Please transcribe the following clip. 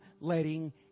letting